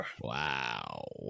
Wow